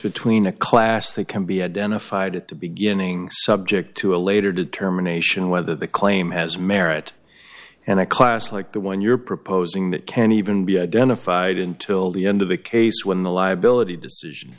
between a class that can be identified at the beginning subject to a later determination whether the claim has merit and a class like the one you're proposing that can even be identified until the end of the case when the liability decision